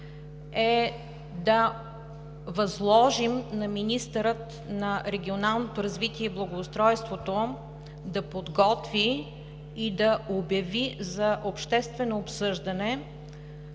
да възложим на министъра на регионалното развитие и благоустройството да подготви и да обяви за обществено обсъждане